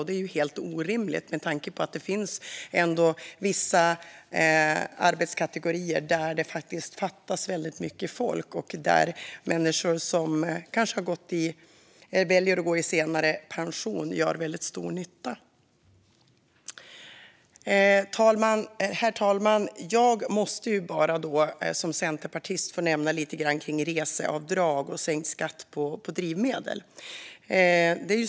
Det är ju helt orimligt med tanke på att det finns vissa arbetskategorier där det faktiskt fattas väldigt mycket folk och där människor som väljer att gå i pension senare gör stor nytta. Herr talman! Jag måste som centerpartist bara få säga lite grann om reseavdrag och sänkt skatt på drivmedel.